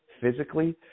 physically